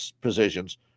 positions